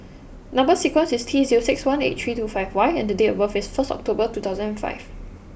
number sequence is T zero six one eight three two five Y and date of birth is first October two thousand and five